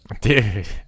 dude